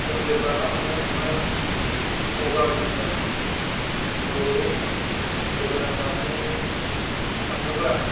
जों जेब्ला ना हमनो थाङो अब्ला जोङो जयै लोगो नांनानै थाङोबा